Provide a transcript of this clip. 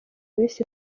bise